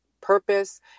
purpose